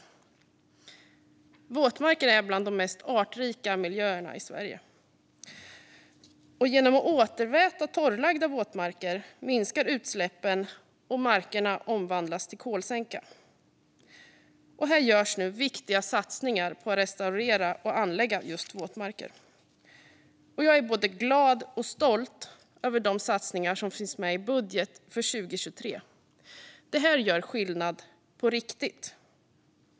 Våtmarker är bland de mest artrika miljöerna i Sverige. Genom återvätning av torrlagda våtmarker minskar utsläppen, och markerna omvandlas till kolsänkor. Det görs nu viktiga satsningar på att restaurera och anlägga våtmarker. Jag är både glad och stolt över de satsningar som finns med i budgeten för 2023. Det här gör skillnad på riktigt.